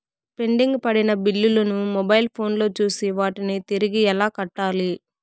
pending పడిన బిల్లులు ను మొబైల్ ఫోను లో చూసి వాటిని తిరిగి ఎలా కట్టాలి